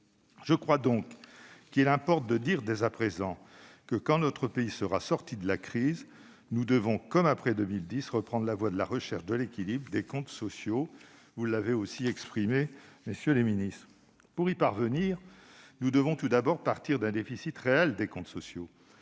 Je crois donc qu'il importe de préciser, dès à présent, que, quand notre pays sera sorti de la crise, nous devrons, comme après 2010, reprendre la voie de la recherche de l'équilibre des comptes sociaux. Vous l'avez d'ailleurs dit, messieurs les ministres. Pour y parvenir, nous devrons tout d'abord partir d'un déficit réel des comptes sociaux.